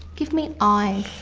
give me eyes.